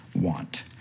want